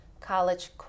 college